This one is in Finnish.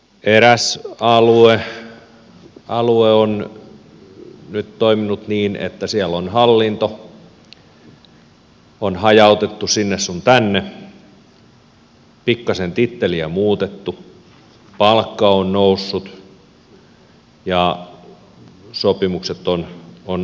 eräs alue on nyt toiminut niin että siellä hallinto on hajautettu sinne sun tänne pikkasen titteliä muutettu palkka on noussut ja sopimukset on allekirjoitettu